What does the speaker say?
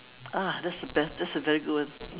ah that's the best that's a very good one